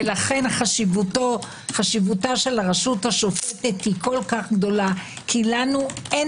לכן חשיבות הרשות השופטת היא כה גדולה כי לנו אין